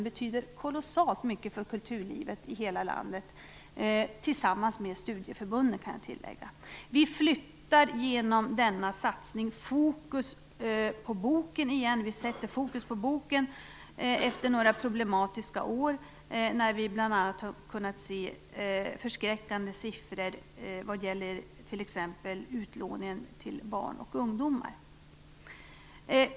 De betyder kolossalt mycket för kulturlivet i hela landet, tillsammans med studieförbunden kan jag tillägga. Genom denna satsning sätter vi boken i fokus igen efter några problematiska år, när vi bl.a. har kunnat se förskräckande siffror vad gäller t.ex. utlåningen till barn och ungdomar.